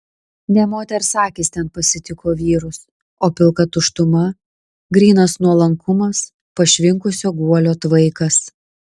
ne moters akys ten pasitiko vyrus o pilka tuštuma grynas nuolankumas pašvinkusio guolio tvaikas